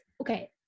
okay